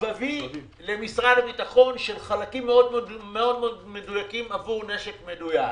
שבבי למשרד הביטחון של חלקים מאוד מאוד מדויקים עבור נשק מדויק.